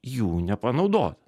jų nepanaudot